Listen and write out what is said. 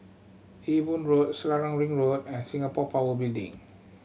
Ewe Boon Road Selarang Ring Road and Singapore Power Building